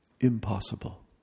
Impossible